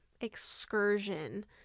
excursion